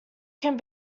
can